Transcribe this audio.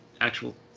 actual